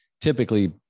typically